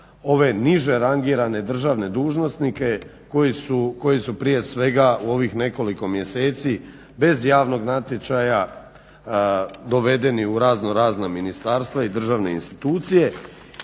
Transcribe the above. ove niže rangirane državne dužnosnike koji su prije svega u ovih nekoliko mjeseci bez javnog natječaja dovedeni u razno razna ministarstva i državne institucije